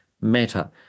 matter